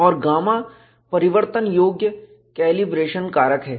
और गामा परिवर्तन योग्य कैलिब्रेशन कारक है